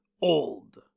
old